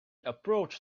approached